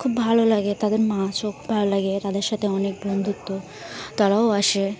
খুব ভালো লাগে তাদের মাছও খব ভালো লাগে তাদের সাথে অনেক বন্ধুত্ব তারাও আসে